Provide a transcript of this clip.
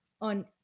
on